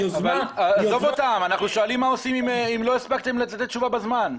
שואלים מה עושים אם לא הספקתם לתת תשובה בזמן.